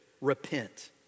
repent